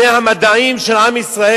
זה המדעים של עם ישראל,